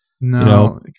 no